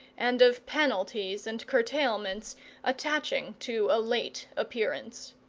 and of penalties and curtailments attaching to a late appearance.